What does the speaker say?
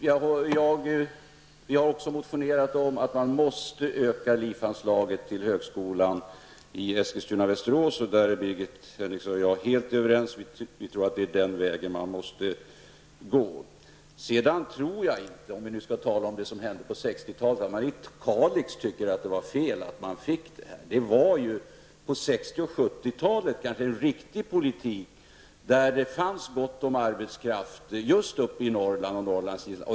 Herr talman! Vi har också motionerat om att öka Där är Birgit Henriksson och jag helt överens. Vi tror att det är den väg man måste gå. Sedan tror jag -- om vi nu skall tala om vad som hände på 60 talet -- att man i Kalix inte tyckte att det var fel. På 60 och 70-talet var det riktig politik då det fanns gott om arbetskraft just uppe i Norrland.